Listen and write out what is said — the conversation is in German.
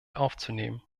aufzunehmen